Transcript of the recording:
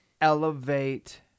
elevate